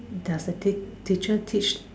the second teacher teach